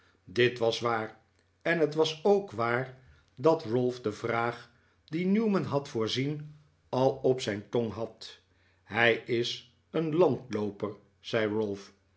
dit was waar en het was ook waar dat ralph de vraag die newman had voorzien al op zijn tong had hij is een landlooper zei